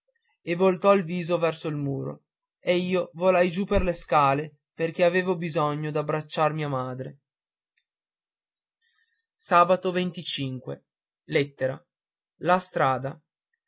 e voltò il viso verso il muro e io volai giù per le scale perché avevo bisogno d'abbracciar mia madre la strada